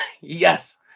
Yes